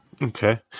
Okay